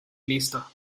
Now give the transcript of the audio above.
listo